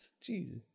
Jesus